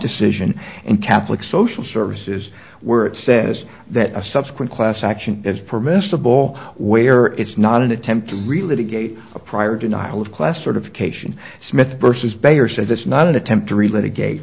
decision and catholic social services where it says that a subsequent class action is permissible where it's not an attempt to relate a gate a prior denial of class sort of cation smith versus bayer says it's not an attempt to relate a ga